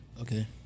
okay